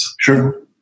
Sure